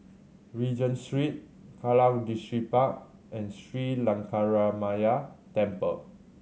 Regent Street Kallang Distripark and Sri Lankaramaya Temple